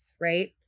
Right